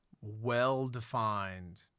well-defined